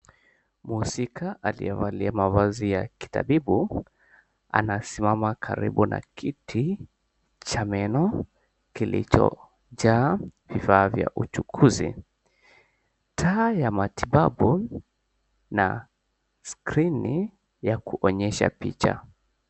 Mhusika aliyevalia mavazi ya kitabibu anasimama karibu na kiti cha meno kilichojaa vifaa vya uchukuzi. Taa ya matibabu na screen ya kuonyesha picha.